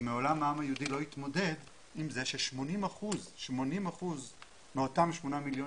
שמעולם העם היהודי לא התמודד עם זה ש-80% מאותם שמונה מיליון